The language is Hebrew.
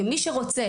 כי מי שרוצה,